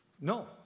No